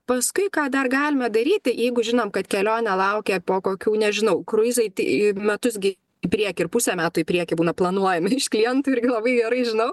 paskui ką dar galime daryti jeigu žinom kad kelionė laukia po kokių nežinau kruizai į metus gi į priekį ir pusę metų į priekį būna planuojami klientų irgi labai gerai žinau